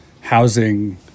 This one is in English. housing